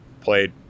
played